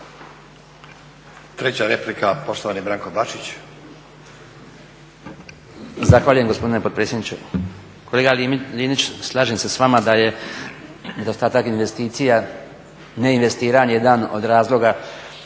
Branko Bačić. **Bačić, Branko (HDZ)** Zahvaljujem gospodine potpredsjedniče. Kolega Linić, slažem se s vama da je nedostat investicija, neivestiranje jedan od razloga